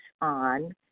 on